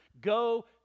Go